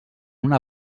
una